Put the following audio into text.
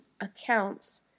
accounts